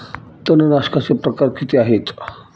तणनाशकाचे प्रकार किती आहेत?